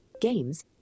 games